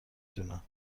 دونم